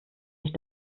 sich